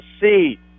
see